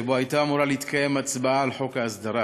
שבו הייתה אמורה להתקיים הצבעה על חוק ההסדרה,